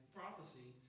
prophecy